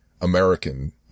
American